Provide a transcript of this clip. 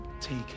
Take